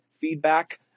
feedback